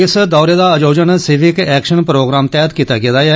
इस दौरे दा आयोजन सिविक एक्शन प्रोग्राम तैहत कीता गेदा ऐ